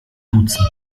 duzen